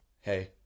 Hey